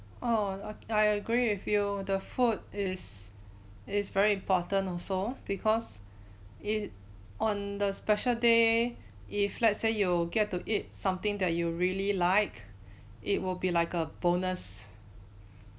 oh I agree with you the food is is very important also because it on the special day if let's say you get to eat something that you really like it will be like a bonus